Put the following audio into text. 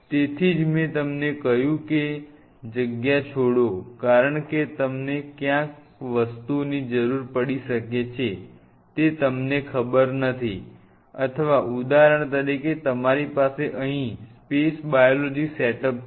તેથી જ મેં તમને કહ્યું કે જગ્યા છોડો કારણ કે તમને ક્યાં વસ્તુઓની જરૂર પડી શકે છે તે તમને ખબર નથી અથવા ઉદાહરણ તરીકે તમારી પાસે અહીં સ્પેસ બાયોલોજી સેટઅપ છે